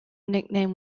nickname